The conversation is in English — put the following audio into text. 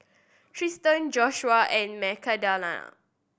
Tristen Joshua and Magdalena